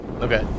Okay